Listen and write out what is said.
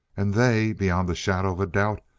and they, beyond a shadow of a doubt,